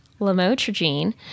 lamotrigine